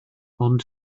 ond